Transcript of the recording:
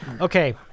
Okay